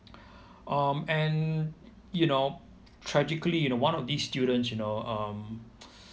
um and you know tragically one of these students you know um